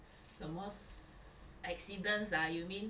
什么 s~ accidents ah you mean